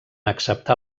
acceptar